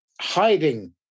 hiding